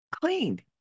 cleaned